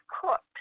cooked